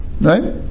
Right